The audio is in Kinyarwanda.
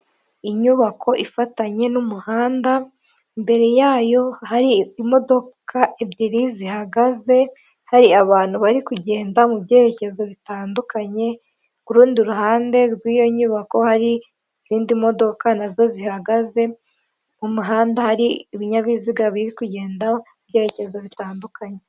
Inyubako ifatanye n'umuhanda mbere yayo hari imodoka ebyiri zihagaze hari abantu bari kugenda mu byerekezo bitandukanye ku rundi ruhande rw'iyo nyubako hari izindi modoka nazo zihagaze mu muhanda hari ibinyabiziga biri kugenda mu byerekezo bitandukanye.